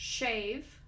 Shave